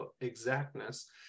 exactness